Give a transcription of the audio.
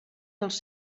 dels